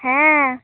ᱦᱮᱸ